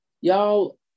y'all